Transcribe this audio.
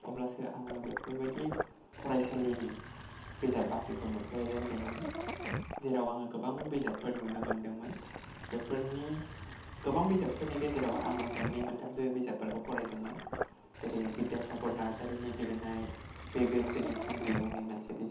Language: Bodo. आब्लासो आङो बेफोरबादि फरायसालिनि बिजाब बाख्रिखौ नुफेरजेनदोंमोन जेराव आङो गोबां बिजाबफोर नुनो मोन्दोंमोन बेफोरनि गोबां बिजाबफोरनि गेजेराव आङो मोन्नै मोनथामसो बिजाबफोरखौ फरायदोंमोन जेरै बिद्दासागर नार्जारि नि लिरनाय बिरगोस्रिनि थुंग्रि मुंनि मोनसे बिजाब